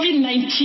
COVID-19